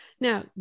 Now